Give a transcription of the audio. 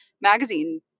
Magazine